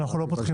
אנחנו לא פותחים.